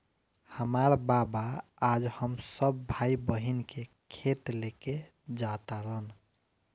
हामार बाबा आज हम सब भाई बहिन के खेत लेके जा तारन